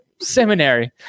seminary